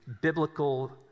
biblical